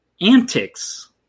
antics